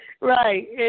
right